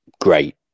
Great